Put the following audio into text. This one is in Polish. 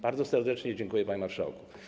Bardzo serdecznie dziękuję, panie marszałku.